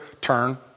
turn